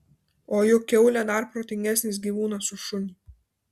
o juk kiaulė dar protingesnis gyvūnas už šunį